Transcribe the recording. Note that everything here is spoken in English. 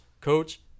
coach